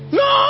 no